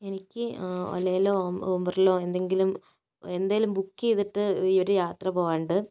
എനിക്ക് ഓലയിലോ ഉബറിലോ എന്തെങ്കിലും ഏന്തേലും ബുക്ക് ചെയ്തിട്ട് ഒര് യാത്ര പോകാനുണ്ട്